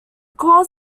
calls